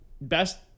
best